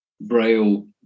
Braille